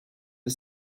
for